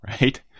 right